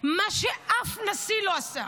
מה שאף נשיא לא עשה.